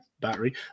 battery